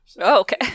okay